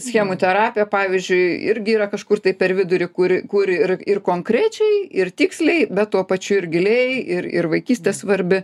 schemų terapija pavyzdžiui irgi yra kažkur tai per vidurį kur kur ir ir konkrečiai ir tiksliai bet tuo pačiu ir giliai ir ir vaikystė svarbi